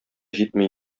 җитми